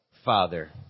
Father